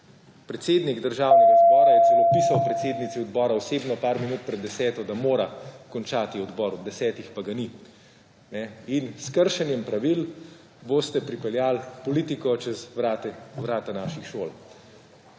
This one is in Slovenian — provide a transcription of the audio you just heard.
Predsednik Državnega zbora je celo pisal predsednici odbora osebno par minut pred deseto, da mora končati odbor ob desetih, pa ga ni. In s kršenjem pravil boste pripeljali politiko čez vrata naših šol.